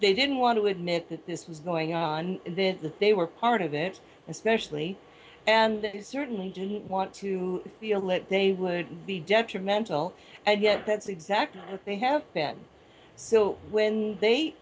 they didn't want to admit that this was going on then that they were part of it especially and they certainly didn't want to feel that they would be detrimental and yet that's exactly what they have been so when they